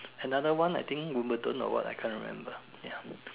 another one I think wimbleton or what I can't remember ya